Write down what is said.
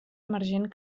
emergent